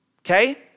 okay